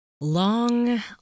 Long